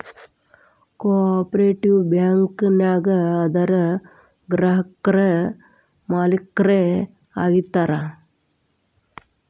co operative bank ನ್ಯಾಗ ಅದರ್ ಗ್ರಾಹಕ್ರ ಮಾಲೇಕ್ರ ಆಗಿರ್ತಾರ